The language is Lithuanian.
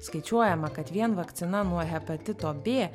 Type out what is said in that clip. skaičiuojama kad vien vakcina nuo hepatito bė